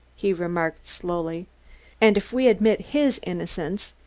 he remarked slowly and if we admit his innocence,